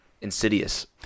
Insidious